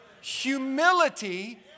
Humility